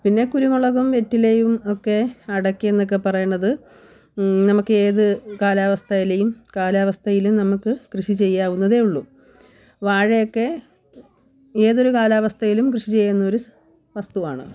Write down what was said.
പിന്നെ കുരുമുളകും വെറ്റിലയും ഒക്കെ അടയ്ക്ക എന്നൊക്കെ പറയുന്നത് നമുക്ക് ഏത് കാലാവസ്ഥയിലേയും കാലാവസ്ഥയിലും നമുക്ക് കൃഷിചെയ്യാവുന്നതേ ഉള്ളൂ വാഴയൊക്കെ ഏതൊരു കാലാവസ്ഥയിലും കൃഷിചെയ്യുന്ന ഒരു വസ്തുവാണ്